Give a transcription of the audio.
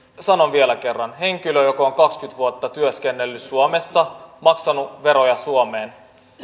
sanon vielä kerran henkilö joka on kaksikymmentä vuotta työskennellyt suomessa maksanut veroja suomeen